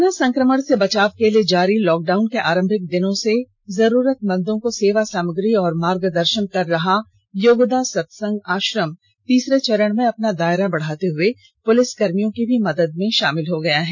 corona संक्रमण से बचाव के लिए जारी लॉकडाउन के आरंभिक दिनों से जरूरतमंदों को सेवा सामग्री और मार्ग दर्शन कर रहा योगदा सत्संग आश्रम तीसरे चरण में अपना दायरा बढाते हए पुलिसकर्मियों की भी मदद में शामिल हो गया है